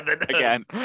Again